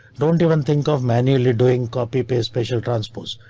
don't even think of manually doing copy paste special transpose.